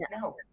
No